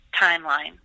timeline